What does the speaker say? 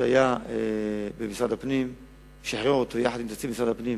שהיה במשרד הפנים לשיפוי.